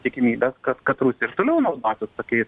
tikimybės kad kad rusija ir toliau naudosis tokiais